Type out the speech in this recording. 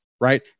right